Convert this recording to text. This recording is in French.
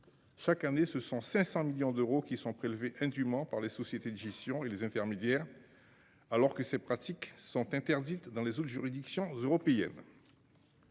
Chaque année ce sont 500 millions d'euros qui sont prélevés indument par les sociétés de gestion et les intermédiaires. Alors que ces pratiques sont interdites dans les autres juridictions européennes.